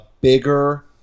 bigger